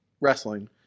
wrestling